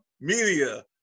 Media